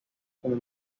como